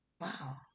wow